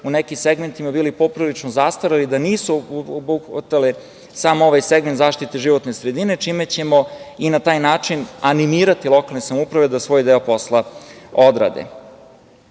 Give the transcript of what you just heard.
u nekim segmentima bili poprilično zastareli, da nisu obuhvatale sam ovaj segment zaštite životne sredine, čime ćemo i na taj način animirati lokalne samouprave da svoj deo posla odrade. Ono